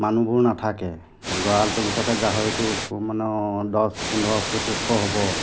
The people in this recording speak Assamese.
মানুহবোৰ নাথাকে গঁৰালটোৰ ভিতৰতে গাহৰিটো মানে দছ পোন্ধৰ ফুট ওখ হ'ব